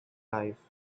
life